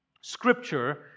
Scripture